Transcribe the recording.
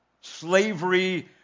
Slavery